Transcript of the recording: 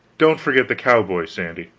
don't forget the cowboys, sandy.